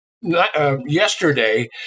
yesterday